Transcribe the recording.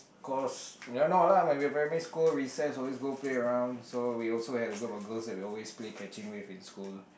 cause y'all know lah when we were primary school recess always go play around so we also had a group of girls that we always play catching with in school